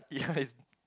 ya it's